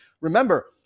remember